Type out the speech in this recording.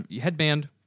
Headband